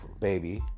baby